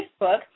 Facebook